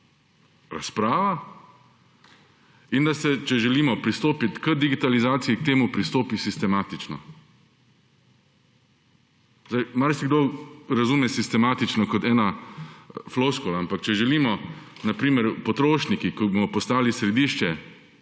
razprava in da se, če želimo pristopiti k digitalizaciji, k temu pristopi sistematično. Marsikdo razume »sistematično« kot neko floskulo, ampak če želimo, na primer, potrošniki, ki bomo postali središče